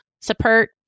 support